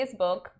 Facebook